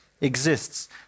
exists